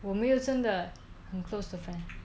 我没有真的很 close 的 friend